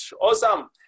Awesome